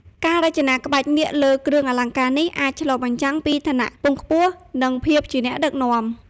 ការរចនាក្បាច់នាគលើគ្រឿងអលង្ការនេះអាចឆ្លុះបញ្ចាំងពីឋានៈខ្ពង់ខ្ពស់ និងភាពជាអ្នកដឹកនាំ។